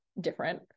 different